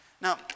Now